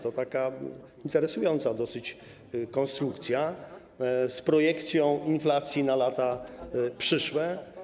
To taka interesująca dosyć konstrukcja z projekcją inflacji na lata przyszłe.